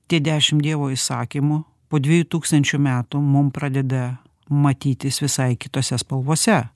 tie dešim dievo įsakymų po dviejų tūkstančių metų mum pradeda matytis visai kitose spalvose